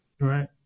Right